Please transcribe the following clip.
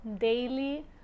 daily